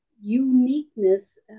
uniqueness